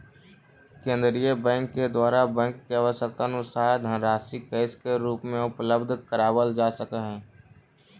केंद्रीय बैंक के द्वारा बैंक के आवश्यकतानुसार धनराशि कैश के रूप में उपलब्ध करावल जा हई